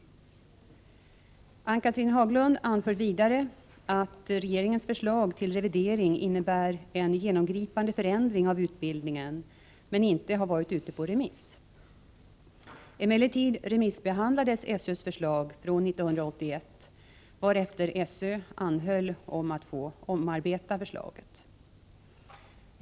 Ann-Cathrine Haglund anför vidare att regeringens förslag till revidering innebär en genomgripande förändring av utbildningen men inte har varit ute på remiss. Emellertid remissbehandlades SÖ:s förslag från 1981, varefter sö anhöll om att få omarbeta förslaget.